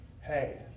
Hey